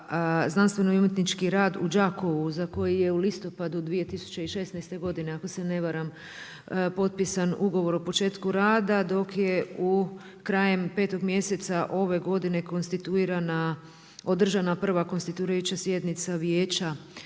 znanstveno umjetnički rad u Đakovu za koji je u listopadu 2016. godina ako se ne varam potpisan ugovor o početku rada dok je krajem 5. mjeseca ove godine održana prva konstituirajuća sjednica vijeća